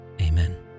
Amen